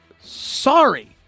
sorry